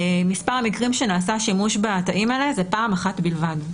מספר המקרים שנעשה שימוש בתאים האלה זה פעם אחת בלבד.